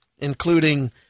including